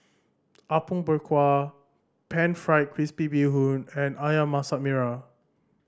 Apom Berkuah Pan Fried Crispy Bee Hoon and Ayam Masak Merah